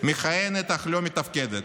מכהנת אך לא מתפקדת.